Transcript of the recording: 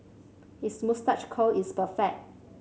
his moustache curl is perfect